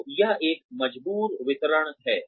तो यह एक मजबूर वितरण है